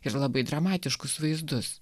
ir labai dramatiškus vaizdus